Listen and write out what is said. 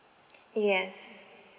yes